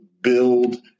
build